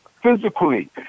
physically